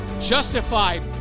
justified